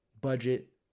budget